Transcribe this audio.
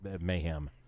mayhem